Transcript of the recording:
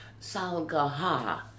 Salgaha